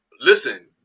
listen